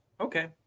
Okay